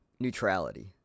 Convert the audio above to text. neutrality